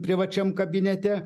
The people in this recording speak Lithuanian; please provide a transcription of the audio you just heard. privačiam kabinete